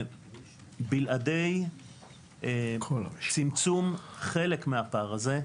בלעדי צמצום חלק מהפער הזה,